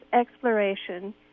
exploration